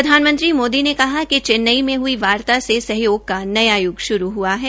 प्रधानमंत्री मोदी ने कहा कि चेन्नई में हुई वार्ता से सहयोग का नया युग श्ज्ञरू हआ है